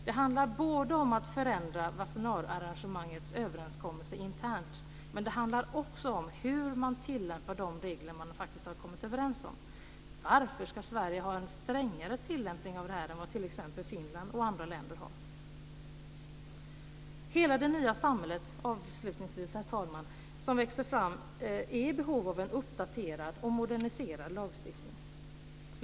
Det handlar om att förändra Wassenaararrangemangets överenskommelser internt men också om hur man tillämpar de regler man faktiskt har kommit överens om. Varför ska Sverige ha en strängare tillämpning än vad t.ex. Finland och andra länder har? Herr talman! Hela det nya samhället som växer fram är i behov av en uppdaterad och moderniserad lagstiftning.